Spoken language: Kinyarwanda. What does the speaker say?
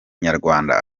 nyarwanda